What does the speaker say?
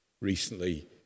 recently